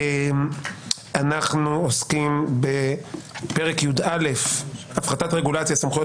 אנו עוסקים בפרק י"א (הפחתת רגולציה) (סמכויות